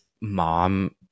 mom